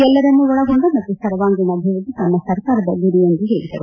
ಎಲ್ಲರನ್ನೂ ಒಳಗೊಂಡ ಮತ್ತು ಸರ್ವಾಂಗೀಣ ಅಭಿವ್ದದ್ಲಿ ತಮ್ಮ ಸರ್ಕಾರದ ಗುರಿ ಎಂದರು